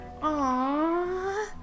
Aww